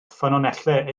ffynonellau